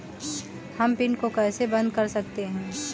हम पिन को कैसे बंद कर सकते हैं?